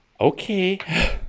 Okay